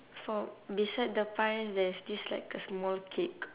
for beside the pie there is this like a small cake